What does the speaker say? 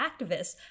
activists